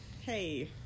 Hey